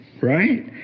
right